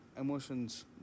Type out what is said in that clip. emotions